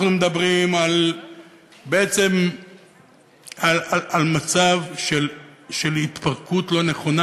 אנחנו מדברים בעצם על מצב של התפרקות לא נכונה,